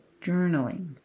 journaling